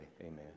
amen